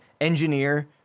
engineer